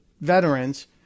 veterans